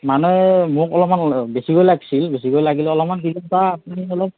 মানে মোক অলপমান বেছিকৈ লাগিছিল বেছিকৈ লাগিলে অলপমান আপুনি